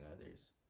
others